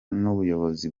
n’ubuyobozi